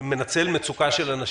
שמנצל מצוקה של אנשים.